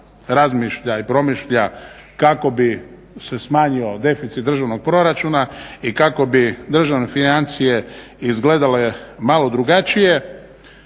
razmišlja i promišlja kako bi se smanjio deficit državnog proračuna i kako bi državne financije izgledale malo drugačije